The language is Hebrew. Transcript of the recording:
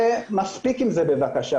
ומספיק עם זה בבקשה,